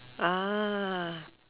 ah